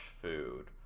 food